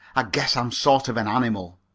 i guess i'm sort of an animal.